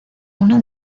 una